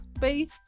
based